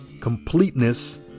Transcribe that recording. completeness